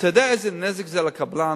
אתה יודע איזה נזק זה לקבלן?